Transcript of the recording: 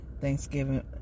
Thanksgiving